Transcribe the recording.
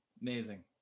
Amazing